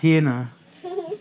थिएन